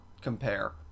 compare